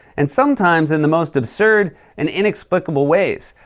and sometimes in the most absurd and inexplicable ways,